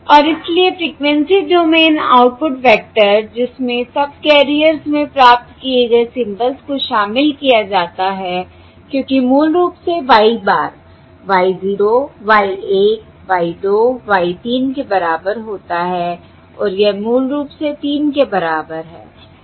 और इसलिए frequency domain output vector जिसमें सबकैरियर्स में प्राप्त किए गए सिंबल्स को शामिल किया जाता है क्योंकि मूल रूप से Y bar Y 0 Y 1 Y 2 Y 3 के बराबर होता है और यह मूल रूप से 3 के बराबर है